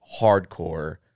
hardcore